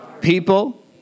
people